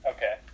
Okay